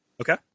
Okay